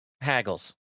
haggles